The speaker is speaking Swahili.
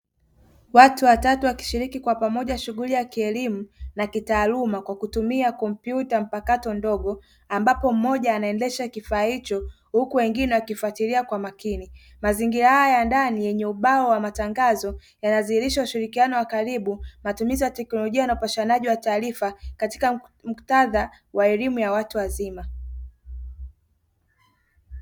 Watu watatu wakishiriki kwa pamoja shughuli ya kielimu na kitaaluma kwa kutumia kompyuta mpakato ndogo ambapo mmoja anaendesha kifaa hicho huku wengine wakifuatilia kwa makini, mazingira haya ya ndani yenye ubao wa matangazo, yanadhihirisha ushirikiano wa karibu, matumizi ya teknolojia na upashanaji wa taarifa katika muktadha wa elimu ya watu wazima.